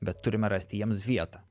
bet turime rasti jiems vietą